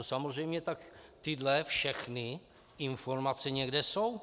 Samozřejmě tyhle všechny informace někde jsou.